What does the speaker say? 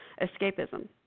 escapism